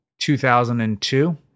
2002